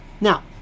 Now